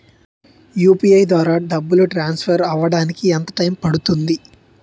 UPI ద్వారా డబ్బు transfer అవ్వడానికి ఎంత టైం పడుతుంది?